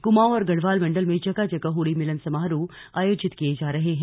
कुमाऊं और गढ़वाल मंडल में जगह जगह होली मिलन समारोह आयोजित किए जा रहे हैं